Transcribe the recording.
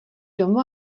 domu